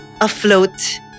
afloat